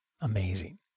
Amazing